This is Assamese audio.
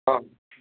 অ'